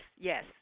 yes